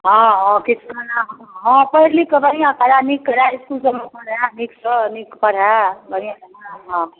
हँ हँ किछु तऽ किछु हँ पढ़ि लिखि कऽ बढ़िआँ करय नीक करय इस्कूल सभ मे पढ़ए नीकसँ नीक पढ़य बढ़िआँ जेना हँ